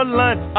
lunch